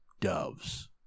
doves